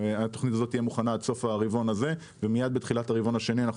היא תהיה מוכנה עד סוף הרבעון הזה ומייד בתחילת הרבעון השני אנחנו